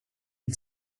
die